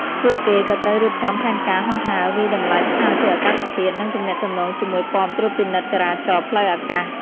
ពួកគេក៏ត្រូវរៀបចំផែនការហោះហើរ វាយតម្លៃស្ថានភាពអាកាសធាតុ និងទំនាក់ទំនងជាមួយប៉មត្រួតពិនិត្យចរាចរណ៍ផ្លូវអាកាស។